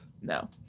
No